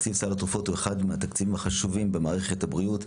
תקציב סל התרופות הוא אחד מהתקציבים החשובים במערכת הבריאות,